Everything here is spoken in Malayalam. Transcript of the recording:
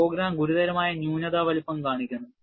പ്രോഗ്രാം ഗുരുതരമായ ന്യൂനത വലുപ്പം കണക്കാക്കുന്നു